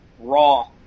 raw